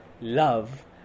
love